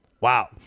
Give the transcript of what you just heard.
Wow